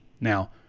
Now